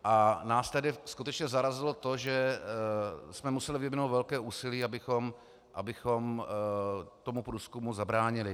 A nás skutečně zarazilo to, že jsme museli vyvinout velké úsilí, abychom tomu průzkumu zabránili.